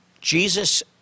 Jesus